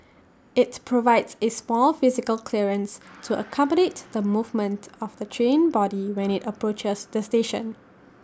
IT provides A small physical clearance to accommodate the movement of the train body when IT approaches the station